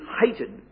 hated